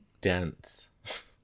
dense